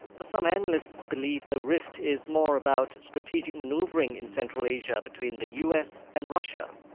but some analysts believe the rift is more about strategic manoeuvring in central asia between the us and russia.